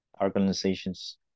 organizations